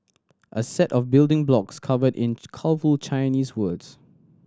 a set of building blocks covered in colourful Chinese words